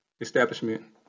establishment